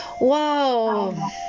Wow